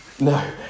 No